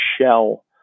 shell